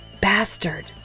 Bastard